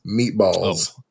Meatballs